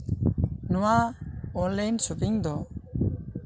ᱱᱚᱣᱟ online shopping ᱫᱚ